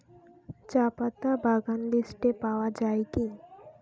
চাপাতা বাগান লিস্টে পাওয়া যায় কি?